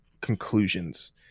conclusions